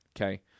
Okay